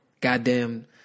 goddamn